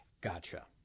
Gotcha